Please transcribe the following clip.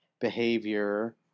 behavior